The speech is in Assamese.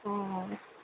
অ'